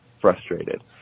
frustrated